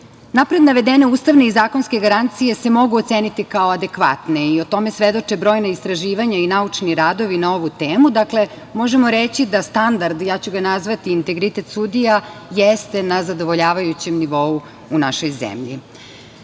navedene ustavne i zakonske garancije se mogu oceniti kao adekvatne i o tome svedoče brojna istraživanja i naučni radovi na ovu temu. Dakle, možemo reći da standard, ja ću ga nazvati integritet sudija jeste na zadovoljavajućem nivou u našoj